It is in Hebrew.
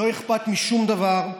לא אכפת משום דבר.